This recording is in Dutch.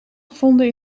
gevonden